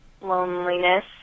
loneliness